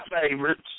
favorites